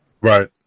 right